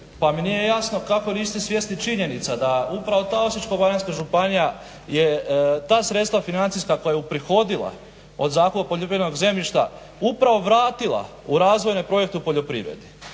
pa mi nije jasno kako niste svjesni činjenica da upravo ta Osječko-baranjska županija je ta sredstva financijska koja je uprihodila od zakupa poljoprivrednog zemljišta upravo vratila u razvoje projekte u poljoprivredi.